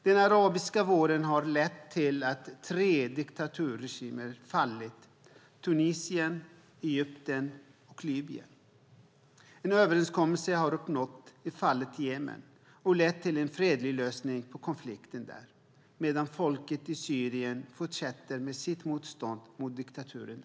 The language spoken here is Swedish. Den arabiska våren har lett till att tre diktaturregimer har fallit, Tunisien, Egypten och Libyen. En överenskommelse har uppnåtts i fallet Jemen och lett till en fredlig lösning på konflikten, medan folket i Syrien fortsätter sitt motstånd mot diktaturen.